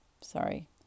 Sorry